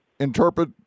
interpret